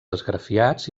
esgrafiats